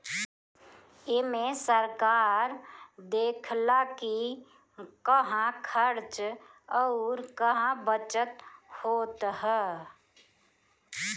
एमे सरकार देखऽला कि कहां खर्च अउर कहा बचत होत हअ